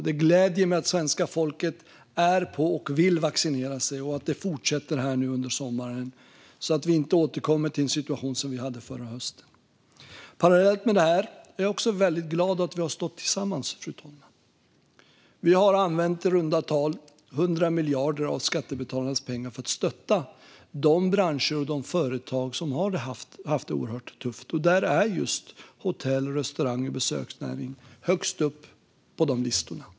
Det gläder mig att svenska folket är på och vill vaccinera sig och att detta fortsätter under sommaren så att vi inte återkommer till den situation som vi hade i höstas. Parallellt med detta är jag också väldigt glad över att vi har stått tillsammans, fru talman. Vi har i runda tal använt 100 miljarder av skattebetalarnas pengar för att stötta de branscher och företag som har haft oerhört tufft. Där finns hotell, restaurang och besöksnäring högst upp på listan.